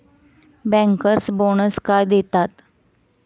Bankers bonus का देतात?